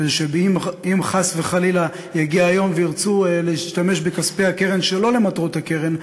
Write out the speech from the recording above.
כדי שאם חס וחלילה יגיע היום וירצו להשתמש בכספי הקרן שלא למטרות הקרן,